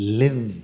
live